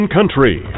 Country